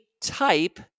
type